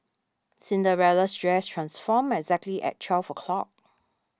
Cinderella's dress transformed exactly at twelve o'clock